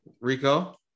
Rico